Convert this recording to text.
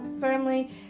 firmly